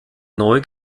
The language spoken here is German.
neu